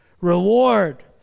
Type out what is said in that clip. reward